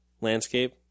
landscape